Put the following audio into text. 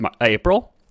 April